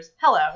Hello